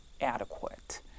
adequate